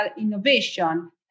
innovation